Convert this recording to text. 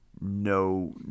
No